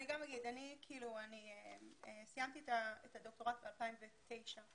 סיימתי את הדוקטורט ב-2009.